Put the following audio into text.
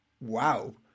wow